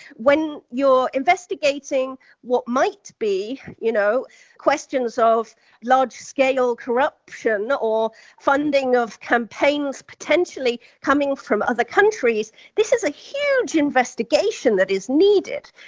when you're investigating what might be you know questions of large-scale corruption or funding of campaigns potentially coming from other countries, this is a huge investigation that is needed,